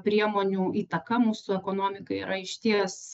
priemonių įtaka mūsų ekonomikai yra išties